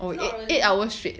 it's not really